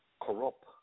corrupt